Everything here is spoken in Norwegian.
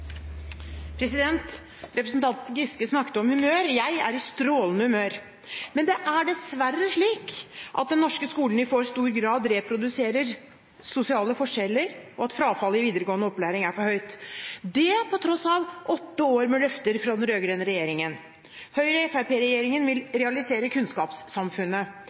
i strålende humør. Men det er dessverre slik at den norske skolen i for stor grad reproduserer sosiale forskjeller, og at frafallet i videregående opplæring er for høyt, dette på tross av åtte år med løfter fra den rød-grønne regjeringen. Høyre–Fremskrittsparti-regjeringen vil realisere kunnskapssamfunnet.